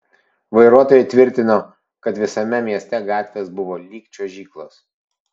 vairuotojai tvirtino kad visame mieste gatvės buvo lyg čiuožyklos